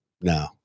No